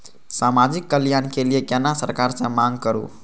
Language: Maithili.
समाजिक कल्याण के लीऐ केना सरकार से मांग करु?